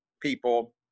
people